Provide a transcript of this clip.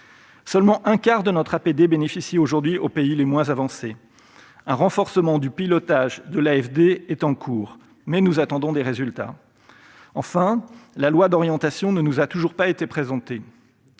publique au développement bénéficie aujourd'hui aux pays les moins avancés ; un renforcement du pilotage de l'AFD est en cours, mais nous attendons des résultats ; quant à la loi d'orientation, elle ne nous a toujours pas été présentée.